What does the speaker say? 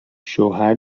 شوهر